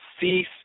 cease